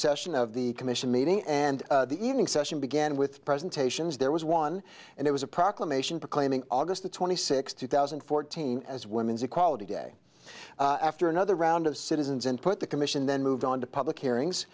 session of the commission meeting and the evening session began with presentations there was one and it was a proclamation proclaiming august twenty sixth two thousand and fourteen as women's equality day after another round of citizens and put the commission then moved on to public hearings